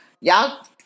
y'all